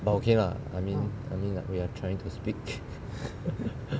but okay lah I mean I mean we are trying to speak